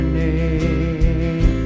name